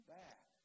back